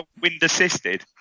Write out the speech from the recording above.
wind-assisted